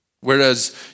Whereas